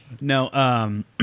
No